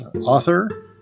author